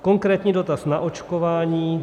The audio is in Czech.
Konkrétní dotaz na očkování.